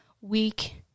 week